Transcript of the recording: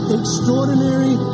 extraordinary